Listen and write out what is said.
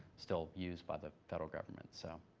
still used by the federal government. so